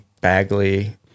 bagley